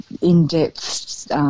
in-depth